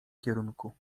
kierunku